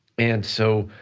and so